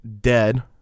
dead